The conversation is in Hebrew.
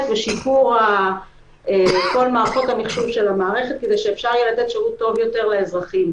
ושיפור כל מערכות המחשוב כדי שאפשר יהיה לתת שירות טוב יותר לאזרחים.